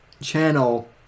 channel